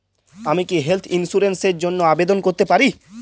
আমি কি health insurance র জন্য আবেদন করতে পারি?